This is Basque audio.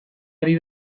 ari